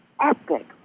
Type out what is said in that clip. epic